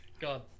God